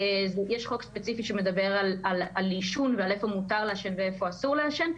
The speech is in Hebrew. יש חוק ספציפי שמדבר על עישון ועל איפה מותר ואסור לעשן.